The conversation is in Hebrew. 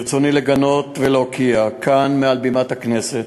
ברצוני לגנות ולהוקיע כאן, מעל בימת הכנסת,